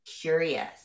curious